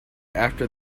after